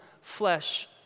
flesh